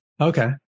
Okay